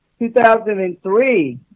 2003